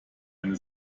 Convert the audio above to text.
eine